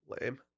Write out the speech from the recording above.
Lame